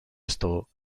esto